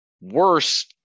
worse